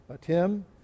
Tim